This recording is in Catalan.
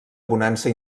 bonança